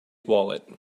wallet